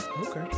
Okay